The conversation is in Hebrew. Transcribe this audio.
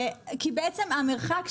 כי בעצם המרחק,